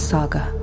Saga